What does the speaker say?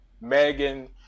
megan